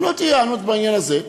אם לא תהיה היענות בעניין הזה,